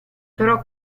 però